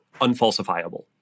unfalsifiable